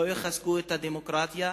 לא יחזקו את הדמוקרטיה,